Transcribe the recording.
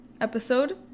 episode